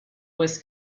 was